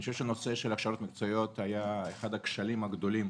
נושא של הכשרות מקצועיות היה אחד הכשלים הגדולים